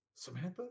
Samantha